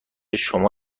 شما